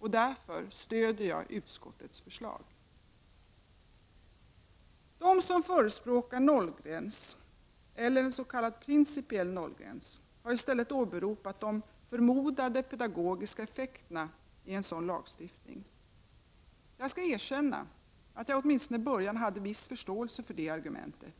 Därför stöder jag utskottets förslag. De som förespråkar nollgräns, eller en s.k. principiell nollgräns, har i stället åberopat de förmodade pedagogiska effekterna i en sådan lagstiftning. Jag skall erkänna att jag åtminstone i början hade viss förståelse för det argumentet.